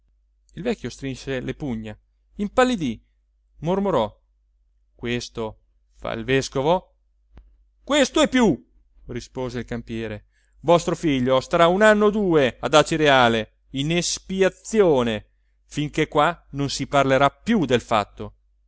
il vecchio strinse le pugna impallidì mormorò questo fa il vescovo questo e più rispose il campiere vostro figlio starà un anno o due ad acireale in espiazione finché qua non si parlerà più del fatto